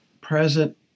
present